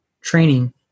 training